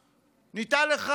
ניתן לך המנדט.